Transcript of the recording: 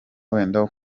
wenda